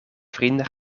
vrienden